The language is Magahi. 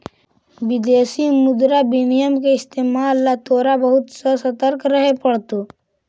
विदेशी मुद्रा विनिमय के इस्तेमाल ला तोहरा बहुत ससतर्क रहे पड़तो